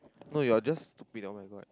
no you're just stupid [oh]-my-god